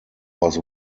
was